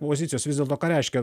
pozicijos vis dėlto ką reiškia